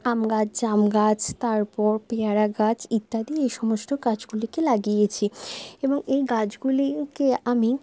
আম গাছ জাম গাছ তারপর পেয়ারা গাছ ইত্যাদি এই সমস্ত গাছগুলিকে লাগিয়েছি এবং এই গাছগুলিকে আমি